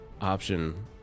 option